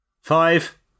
Five